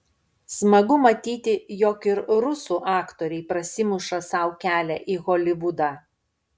smagu matyti jog ir rusų aktoriai prasimuša sau kelią į holivudą